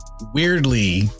weirdly